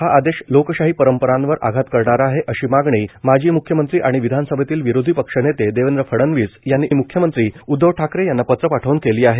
हा आदेश लोकशाही परंपरांवर आघात करणारा आहे अशी मागणी माजी म्ख्यमंत्री आणि विधानसभेतील विरोधी पक्षनेते देवेंद्र फडणवीस यांनी म्ख्यमंत्री उद्धव ठाकरे यांना पत्र पाठवून केली आहे